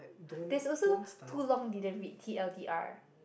there's also too long didn't read T_L_D_R